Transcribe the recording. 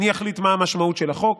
אני אחליט מה המשמעות של החוק,